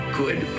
good